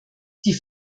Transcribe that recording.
die